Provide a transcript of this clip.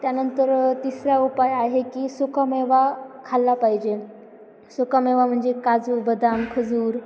त्यानंतर तिसरा उपाय आहे की सुकामेवा खाल्ला पाहिजे सुकामेवा म्हणजे काजू बदाम खजूर